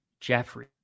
Jeffrey